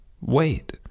Wait